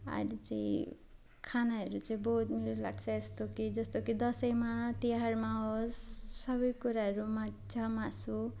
अहिले चाहिँ खानाहरू चाहिँ बहुत मिठो लाग्छ यस्तो कि जस्तो कि दसैँमा तिहारमा होस् सब कुराहरू माछा मासु